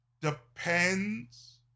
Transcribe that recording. depends